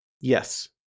Yes